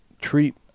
treat